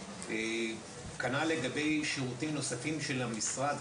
כנ"ל לגבי שירותים נוספים של המשרד,